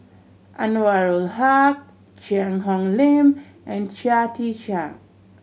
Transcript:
Anwarul Haque Cheang Hong Lim and Chia Tee Chiak